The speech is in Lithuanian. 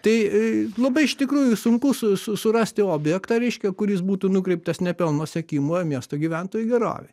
tai labai iš tikrųjų sunku su su surasti objektą reiškia kur jis būtų nukreiptas ne pelno siekimui o miesto gyventojų gerovei